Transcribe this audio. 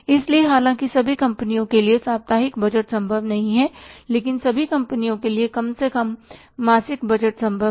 इसलिए हालांकि सभी कंपनियों के लिए साप्ताहिक बजट संभव नहीं है लेकिन सभी कंपनियों के लिए कम से कम मासिक बजट संभव है